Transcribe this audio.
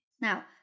now